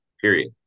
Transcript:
period